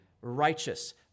righteous